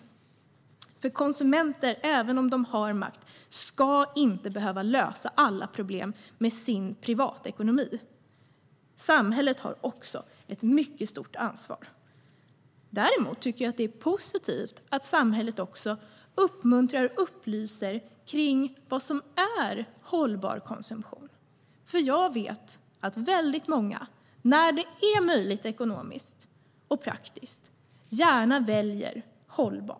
Även om konsumenter har makt ska de inte behöva lösa alla problem med privatekonomin. Samhället har också ett mycket stort ansvar. Däremot tycker jag att det är positivt att samhället uppmuntrar och upplyser om vad som är hållbar konsumtion. Jag vet att väldigt många gärna väljer hållbart när det är möjligt ekonomiskt och praktiskt.